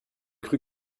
cru